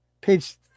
Page